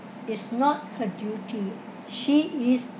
it's not her duty she is